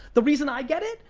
the reason i get it,